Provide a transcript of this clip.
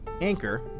Anchor